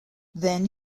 then